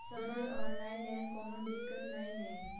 Sir online लैल कोनो दिक्कत न ई नै?